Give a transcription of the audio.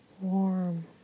warm